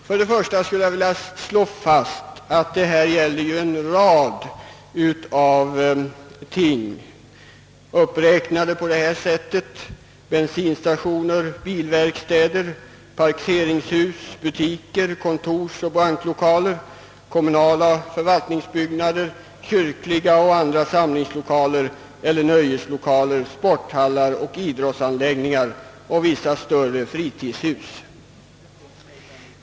Först skulle jag vilja slå fast att förslaget avser en rad byggnadsobjekt, nämligen bensinstationer, bilverkstäder, parkeringshus, butiker, kontorsoch banklokaler, kommunala förvaltningsbyggnader, kyrkliga och andra samlingslokaler, nöjeslokaler, sporthallar och idrottsanläggningar samt vissa större fritidshus.